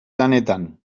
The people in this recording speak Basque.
lanetan